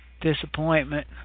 Disappointment